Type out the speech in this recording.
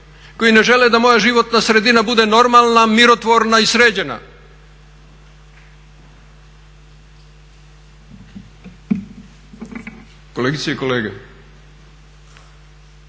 koji ne žele da moja životna sredina bude normalna, mirotvorna i sređena. Kolegice i kolege,